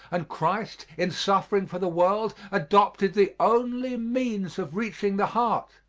and christ, in suffering for the world, adopted the only means of reaching the heart.